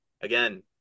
Again